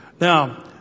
Now